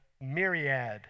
myriad